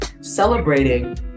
celebrating